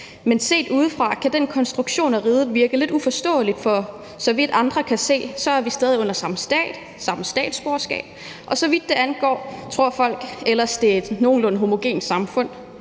men set udefra kan den konstruktion af riget virke lidt uforståelig, for vi er, så vidt andre kan se, stadig under samme stat, har samme statsborgerskab, og folk tror, at der er tale om et nogenlunde homogent samfund.